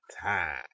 time